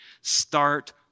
start